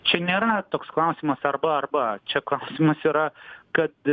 čia nėra toks klausimas arba arba čia klausimas yra kad